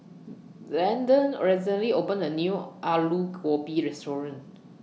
Branden recently opened A New Aloo Gobi Restaurant